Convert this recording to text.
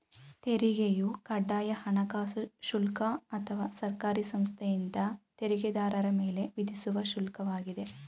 ತೆರಿಗೆಯು ಕಡ್ಡಾಯ ಹಣಕಾಸು ಶುಲ್ಕ ಅಥವಾ ಸರ್ಕಾರಿ ಸಂಸ್ಥೆಯಿಂದ ತೆರಿಗೆದಾರರ ಮೇಲೆ ವಿಧಿಸುವ ಶುಲ್ಕ ವಾಗಿದೆ